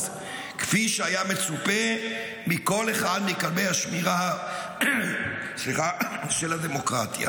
כפי שהיה מצופה מכל אחד מכלבי השמירה של הדמוקרטיה.